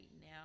now